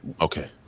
okay